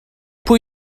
pwy